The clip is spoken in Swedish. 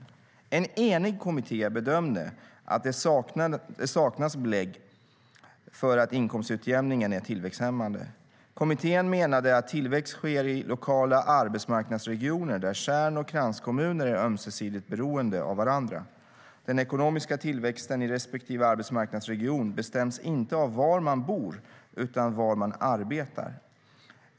En enig kommitté bedömde att det saknas belägg för att inkomstutjämningen är tillväxthämmande. Kommittén menade att tillväxt sker i lokala arbetsmarknadsregioner där kärn och kranskommuner är ömsesidigt beroende av varandra. Den ekonomiska tillväxten i respektive arbetsmarknadsregion bestäms inte av var man bor utan av var man arbetar.